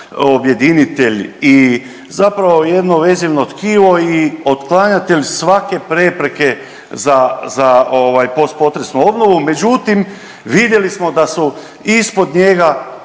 objedinitelj i zapravo jedno vezivno tkivo i otklanjatelj svake prepreke za, za ovaj postpotresnu obnovu, međutim vidjeli smo da su ispod njega